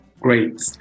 great